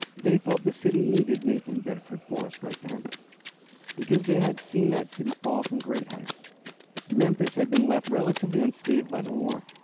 they felt the city needed nathan bedford forrest right then because they had seen that city fall from great heights memphis had been left relatively unscathed by the war,